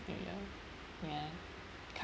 new year ya c~